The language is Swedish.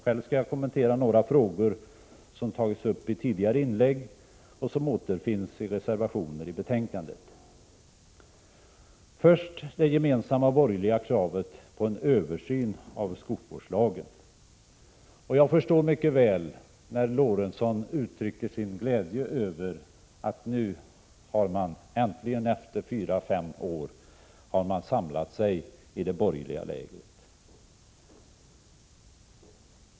Själv skall jag kommentera några frågor som har tagits upp i tidigare inlägg och som återfinns i reservationer i betänkandet. Jag skall först kommentera det gemensamma borgerliga kravet på en översyn av skogsvårdslagen. Jag förstår mycket väl den glädje som Sven Eric Lorentzon uttrycker över att man har samlats i det borgerliga lägret efter fyra fem år.